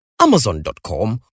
amazon.com